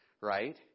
right